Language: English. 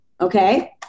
Okay